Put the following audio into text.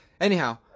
anyhow